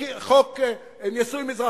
העניינים?